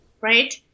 right